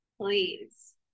please